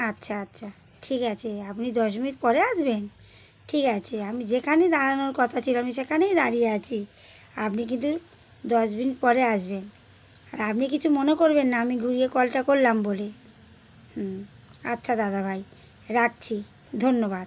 আচ্ছা আচ্ছা ঠিক আছে আপনি দশ মিনিট পরে আসবেন ঠিক আছে আমি যেখানে দাঁড়ানোর কথা ছিল আমি সেখানেই দাঁড়িয়ে আছি আপনি কিন্তু দশ মিনিট পরে আসবেন আর আপনি কিছু মনে করবেন না আমি ঘুরিয়ে কলটা করলাম বলে হুম আচ্ছা দাদাভাই রাখছি ধন্যবাদ